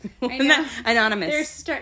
Anonymous